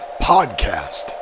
podcast